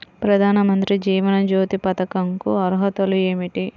ప్రధాన మంత్రి జీవన జ్యోతి పథకంకు అర్హతలు ఏమిటి?